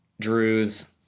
Drew's